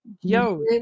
yo